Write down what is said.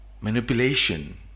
Manipulation